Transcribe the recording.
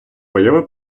появи